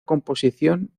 composición